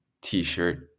t-shirt